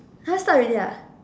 !huh! start already ah